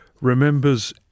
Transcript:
remembers